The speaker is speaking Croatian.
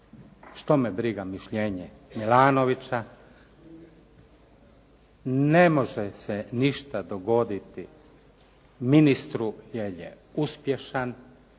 što me briga mišljenje Milanovića, ne može se ništa dogoditi ministru jer je uspješan.